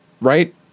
Right